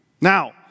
Now